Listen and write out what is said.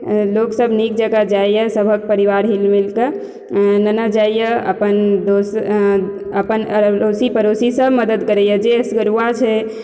लोक सभ नीक जेकाँ जाइया सभहक परिवार हिलमिल के नेने जाइए अपन दोस अपन अरोशी परोशी सभ मदद करैया जे एसगरूआ छै तकरो छै